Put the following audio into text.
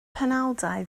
penawdau